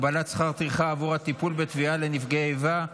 הגבלת שכר טרחה עבור הטיפול בתביעה לנפגעי איבה),